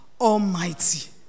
almighty